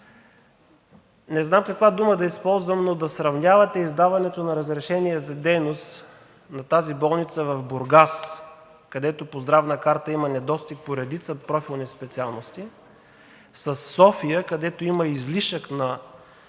не знам каква дума да използвам, но да сравнявате издаването на разрешение за дейност на тази болница в Бургас, където по Здравна карта има недостиг по редица профилни специалности, със София, където има излишък на,